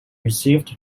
received